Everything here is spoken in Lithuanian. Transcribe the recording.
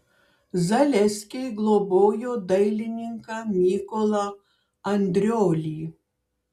zaleskiai globojo dailininką mykolą andriolį